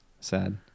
Sad